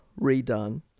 Redone